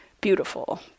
beautiful